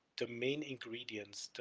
the main ingredients,